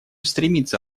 стремиться